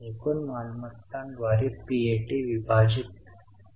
नवीन मालमत्ता तयार होत असल्यास चांगले आहे